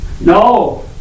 No